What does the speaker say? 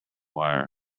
wire